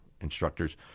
instructors